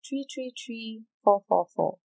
three three three four four four